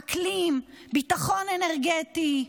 אקלים, ביטחון אנרגטי,